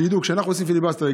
שידעו שכשאנחנו עושים פיליבסטר,